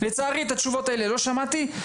לצערי את התשובות האלה לא שמעתי,